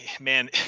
man